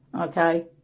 Okay